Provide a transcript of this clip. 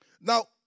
Now